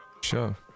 sure